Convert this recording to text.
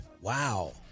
Wow